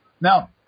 Now